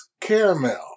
caramel